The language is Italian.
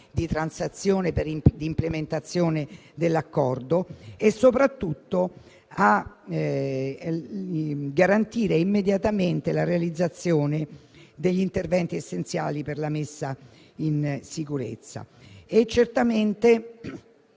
di transazione e di implementazione dell'accordo, e soprattutto di garantire immediatamente la realizzazione degli interventi essenziali per la messa in sicurezza.